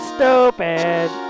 Stupid